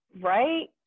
right